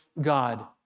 God